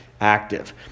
active